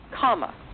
Comma